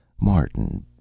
Martin